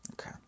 Okay